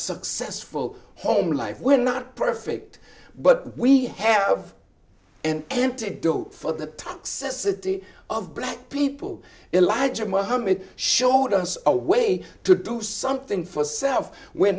successful home life we're not perfect but we have an antidote for the toxicity of black people in larger mohammed showed us a way to do something for self we're